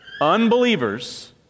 unbelievers